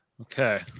okay